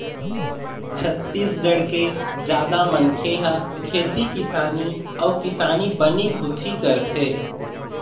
छत्तीसगढ़ के जादा मनखे ह खेती किसानी अउ किसानी बनी भूथी करथे